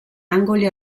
angoli